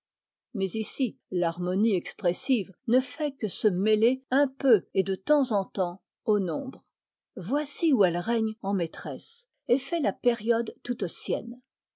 mais ici l'harmonie expressive ne fait que se mêler un peu et de temps en temps au nombre voici où elle règne en maîtresse et fait la période toute sienne